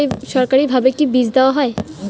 সরকারিভাবে কি বীজ দেওয়া হয়?